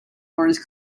lawrence